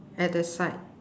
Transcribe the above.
at the side